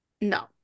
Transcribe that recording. no